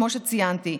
כמו שציינתי,